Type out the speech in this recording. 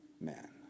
man